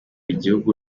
igihugu